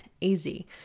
Easy